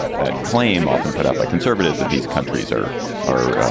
that claim often put up by conservatives that these countries are are,